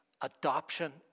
adoption